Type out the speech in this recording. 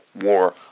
war